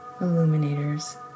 illuminators